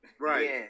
Right